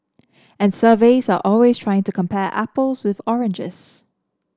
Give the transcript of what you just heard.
and surveys are always trying to compare apples with oranges